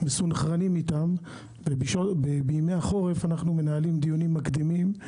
מסונכרנים איתם ובימי החורף אנחנו מנהלים דיונים מקדימים.